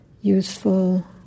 useful